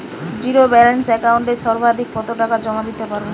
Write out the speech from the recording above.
Zero balance একাউন্টে সর্বাধিক কত টাকা জমা দিতে পারব?